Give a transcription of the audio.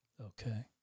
Okay